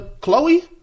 Chloe